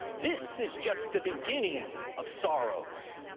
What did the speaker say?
this is just the beginning of sorrows.